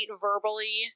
verbally